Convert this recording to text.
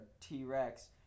T-Rex